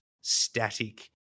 static